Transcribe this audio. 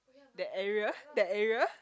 that area that area